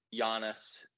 Giannis